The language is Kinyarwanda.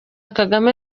kagame